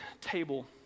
table